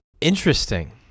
Interesting